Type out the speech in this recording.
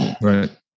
Right